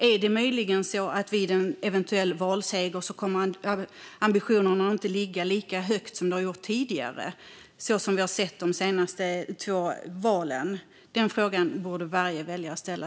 Är det möjligen så att vid en eventuell valseger kommer ambitionerna inte att ligga lika högt som de har gjort tidigare, så som vi har sett vid de senaste två valen? Den frågan borde varje väljare ställa.